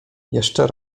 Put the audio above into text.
jeszcze